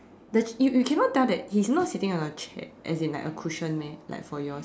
the you you cannot tell that he's not sitting on a chair as in like a cushion meh like for yours